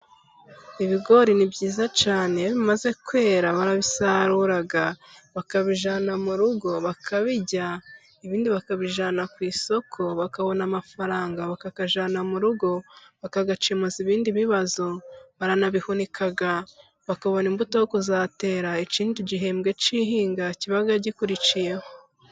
Ibigori ni byiza cyane, iyo bimaze kwera barabisarura, bakabijyana mu rugo bakabirya, ibindi bakabijyana ku isoko bakabona amafaranga, bakayajyana mu rugo, bakayacyemuza ibindi bibazo, baranabihunika bakabona imbuto yo kuzatera ikindi gihembwe cy'ihinga kiba gikurikiyeho.